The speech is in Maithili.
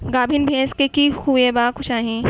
गाभीन भैंस केँ की खुएबाक चाहि?